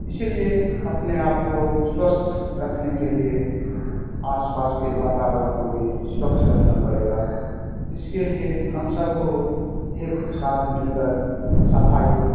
इसलिए अपने आप को स्वच्छ रखने के लिए आस पास के वातावरण को भी स्वच्छ रखना पड़ेगा इसके लिए हम सब को एक साथ मिलकर सफाई